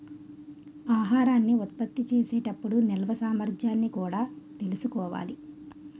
ఆహారాన్ని ఉత్పత్తి చేసే టప్పుడు నిల్వ సామర్థ్యాన్ని కూడా తెలుసుకోవాలి